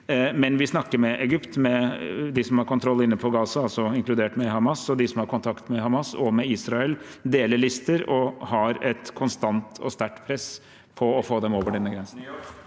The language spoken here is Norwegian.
Men vi snakker med Egypt og med dem som har kontroll inne på Gaza, inkludert Hamas. Og de som har kontakt med Hamas og med Israel, deler lister og har et konstant og sterkt press på å få dem over denne grensen.